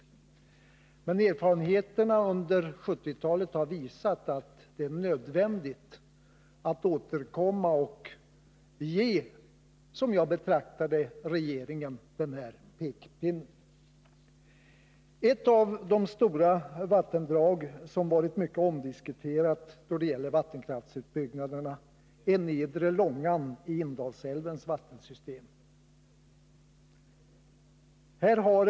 Men erfarenheterna under 1970-talet har visat att det är nödvändigt att återkomma och, som jag betraktar det, ge regeringen den här pekpinnen. Ett av de stora vattendrag som varit mycket omdiskuterat då det gäller vattenkraftsutbyggnaderna är nedre Långan i Indalsälvens vattensystem.